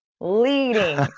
leading